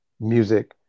music